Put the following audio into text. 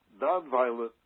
nonviolent